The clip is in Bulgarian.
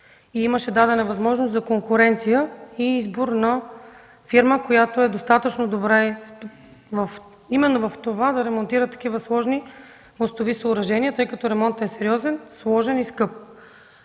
Беше дадена възможност за конкуренция и избор на фирма, която е достатъчно добра именно в това да ремонтира такива сложни мостови съоръжения, тъй като ремонтът е сериозен, сложен и скъп.